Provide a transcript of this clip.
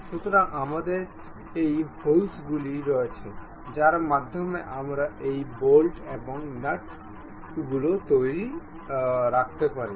সুতরাং আমাদের এই হোলস গুলি রয়েছে যার মাধ্যমে আমরা এই বোল্ট এবং নাটস গুলি রাখতে পারি